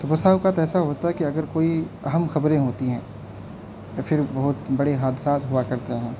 تو بسا اوقات ایسا ہوتا ہے کہ اگر کوئی اہم خبریں ہوتی ہیں یا پھر بہت بڑے حادثات ہوا کرتے ہیں